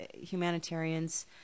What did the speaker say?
humanitarians